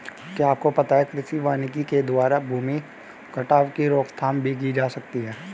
क्या आपको पता है कृषि वानिकी के द्वारा भूमि कटाव की रोकथाम की जा सकती है?